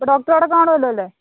ഇപ്പം ഡോക്ടറവിടെ കാണുമല്ലോ അല്ലെ